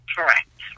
Correct